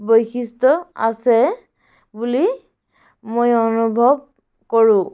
বৈশিষ্ট্য আছে বুলি মই অনুভৱ কৰোঁ